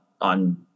on